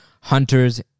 hunters